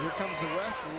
comes the west.